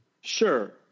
sure